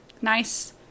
nice